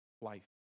life